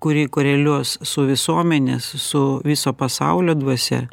kuri koreliuos su visuomenės su viso pasaulio dvasia